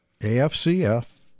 AFCF